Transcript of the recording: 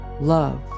love